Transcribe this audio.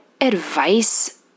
advice